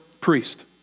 priest